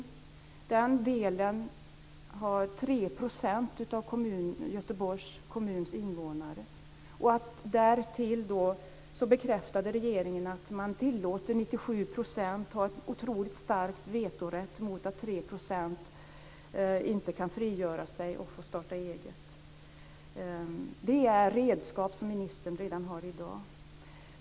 I den delen finns 3 % av Göteborgs kommuns invånare. Därtill bekräftade regeringen att man tillåter 97 % att ha en otroligt stark vetorätt och att 3 % inte kan frigöra sig och få starta eget. Det är redskap som ministern har redan i dag.